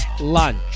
lunch